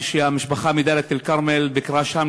כשהמשפחה מדאלית-אלכרמל ביקרה שם,